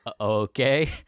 okay